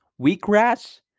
Wheatgrass